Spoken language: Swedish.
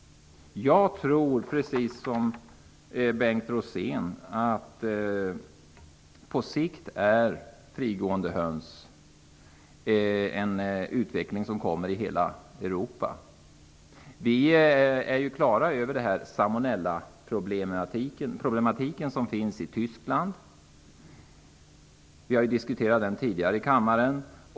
Jag tror, precis som Bengt Rosén, att det på sikt kommer att finnas frigående höns i hela Europa. Vi är på det klara med problemen med salmonella i Tyskland. Vi har diskuterat det tidigare i kammaren.